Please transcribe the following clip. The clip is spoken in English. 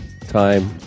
time